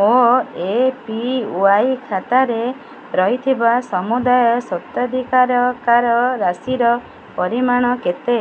ମୋ A P Y ଖାତାରେ ରହିଥିବା ସମୁଦାୟ ସ୍ୱତ୍ୱାଧିକାର କାର ରାଶିର ପରିମାଣ କେତେ